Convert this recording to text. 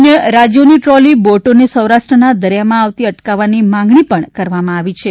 અન્ય રાજ્યોની ટ્રોલી બોટોને સૌરાષ્ટ્રના દરિયામાં આવતી અટકાવવાની માંગણી કરવામાં આવી છે